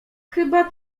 chyba